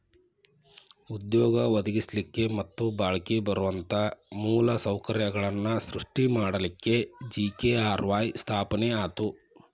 ಉದ್ಯೋಗ ಒದಗಸ್ಲಿಕ್ಕೆ ಮತ್ತ ಬಾಳ್ಕಿ ಬರುವಂತ ಮೂಲ ಸೌಕರ್ಯಗಳನ್ನ ಸೃಷ್ಟಿ ಮಾಡಲಿಕ್ಕೆ ಜಿ.ಕೆ.ಆರ್.ವಾಯ್ ಸ್ಥಾಪನೆ ಆತು